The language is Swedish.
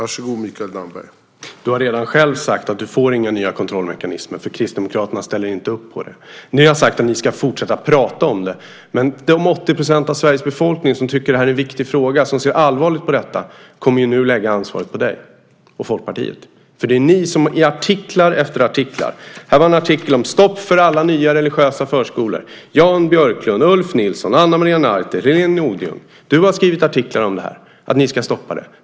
Herr talman! Du har redan själv sagt att du inte får några nya kontrollmekanismer eftersom Kristdemokraterna inte ställer upp på det. Ni har sagt att ni ska fortsätta att prata om det. Men de 80 procenten av Sveriges befolkning som tycker att det här är en viktig fråga, som ser allvarligt på detta, kommer nu att lägga ansvaret på dig och Folkpartiet. Ni skriver artikel efter artikel. Här finns en artikel med rubriken: "Inför totalt stopp för nya religiösa förskolor" av Jan Björklund, Ulf Nilsson, Ana Maria Narti, Helene Odenjung. Du har skrivit artiklar om att stoppa.